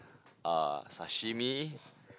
uh sashimi